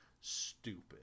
stupid